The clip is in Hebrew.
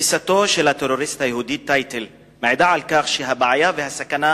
תפיסתו של הטרוריסט היהודי טייטל מעידה על כך שהבעיה והסכנה